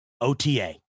OTA